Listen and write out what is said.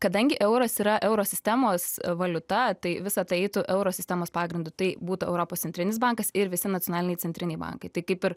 kadangi euras yra euro sistemos valiuta tai visa tai eitų euro sistemos pagrindu tai būtų europos centrinis bankas ir visi nacionaliniai centriniai bankai tai kaip ir